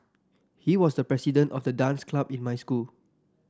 he was the president of the dance club in my school